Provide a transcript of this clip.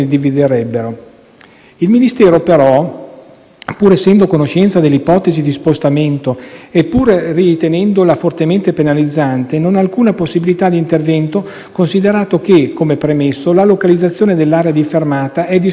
pur essendo a conoscenza dell'ipotesi di spostamento e pur ritenendola fortemente penalizzante, non ha alcuna possibilità di intervento, considerato che, come premesso, la localizzazione dell'area di fermata è di esclusiva competenza dell'ente proprietario della strada.